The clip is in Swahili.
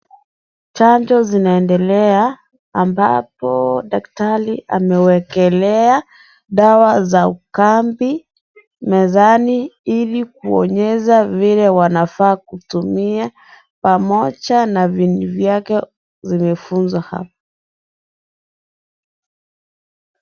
Chanjo zinaendelea ambapo daktari amewekelea dawa za ukambi mezani ili kuonyesha vile wanafaa kutumia. Pamoja na vinyu vyake zimefungwa ha...